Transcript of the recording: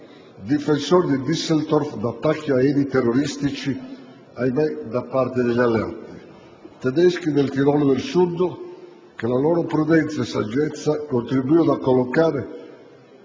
difensore di Düsseldorf da attacchi aerei terroristici - ahimè! - da parte degli Alleati, tedeschi del Tirolo del Sud, che con la loro prudenza e saggezza contribuirono a collocare